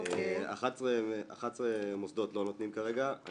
11 מוסדות לא נותנים כרגע,